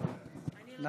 אני נותנת לך, יוראי.